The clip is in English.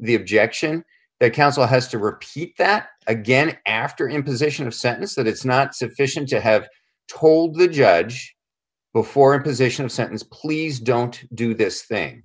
the objection that counsel has to repeat that again after imposition of sentence that it's not sufficient to have told the judge before imposition of sentence please don't do this thing